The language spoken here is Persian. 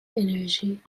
انرژی